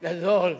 גדול.